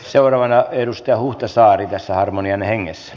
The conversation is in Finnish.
seuraavana edustaja huhtasaari tässä harmonian hengessä